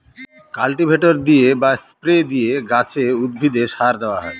cultivator দিয়ে বা spray দিয়ে গাছে, উদ্ভিদে সার দেওয়া হয়